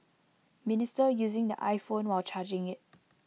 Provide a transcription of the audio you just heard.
minister using the iPhone while charging IT